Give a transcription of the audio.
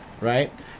Right